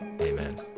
Amen